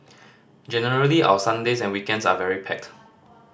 generally our Sundays and weekends are very packed